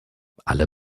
alle